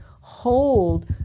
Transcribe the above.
hold